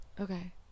okay